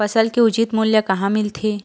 फसल के उचित मूल्य कहां मिलथे?